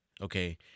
okay